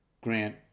grant